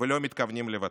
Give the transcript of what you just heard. ולא מתכוונים לוותר.